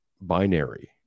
binary